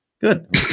good